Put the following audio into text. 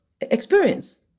experience